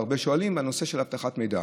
והרבה שואלים על כך: הנושא של אבטחת מידע.